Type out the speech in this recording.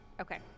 Okay